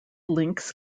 links